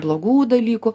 blogų dalykų